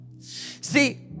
See